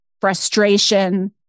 frustration